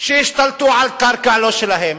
שהשתלטו על קרקע לא שלהם,